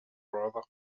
brother